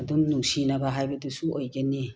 ꯑꯗꯨꯝ ꯅꯨꯡꯁꯤꯅꯕ ꯍꯥꯏꯕꯗꯨꯁꯨ ꯑꯣꯏꯒꯅꯤ